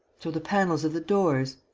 so the panels of the doors.